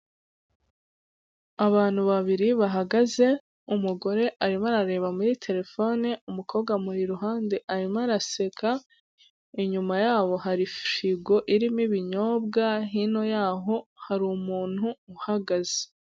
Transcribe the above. Abantu babiri bahagaze, umugore arimo arareba muri Terefone, umukobwa amuri iruhande arimo araseka, inyuma yabo hari firigo irimo ibinyobwa, hino yaho hari umuntu uhagaze.